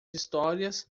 histórias